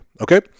Okay